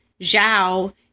Zhao